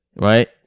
right